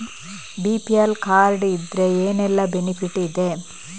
BPL card ಇದ್ರೆ ಏನೆಲ್ಲ benefit ಇದೆ?